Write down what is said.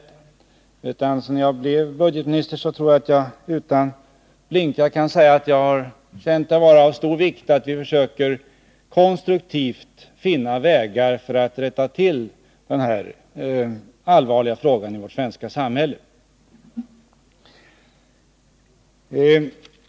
Jag tror att jag utan att blinka kan säga att jag sedan jag blev budgetminister känt det vara av stor vikt att vi konstruktivt försöker finna vägar för att rätta till denna allvarliga sak i vårt svenska samhälle.